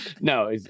No